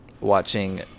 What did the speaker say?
watching